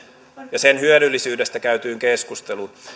ja sen hyödyllisyydestä käytyyn keskusteluun